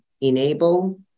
enable